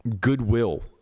goodwill